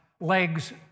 legs